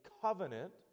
covenant